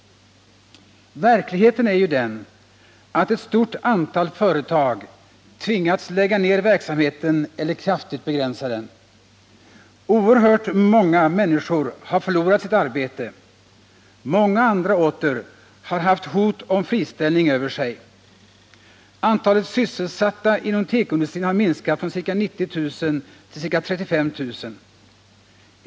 Verkligheten är ju den att ett stort antal företag tvingats lägga ner verksamheten eller kraftigt begränsa den. Oerhört många människor har förlorat sitt arbete, och många andra åter har haft hot om friställning över sig. Antalet sysselsatta inom tekoindustrin har minskat från ca 90 000 till ca 35 000.